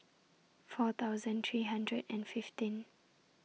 four thousand three hundred and fifteen